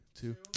two